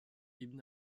ibn